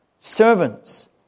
servants